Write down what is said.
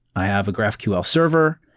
i have a graphql server.